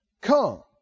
come